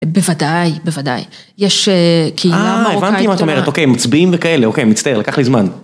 בוודאי, בוודאי, יש קהילה מרוקאית... אה, הבנתי מה את אומרת, אוקיי, מצביעים וכאלה, אוקיי, מצטער, לקח לי זמן.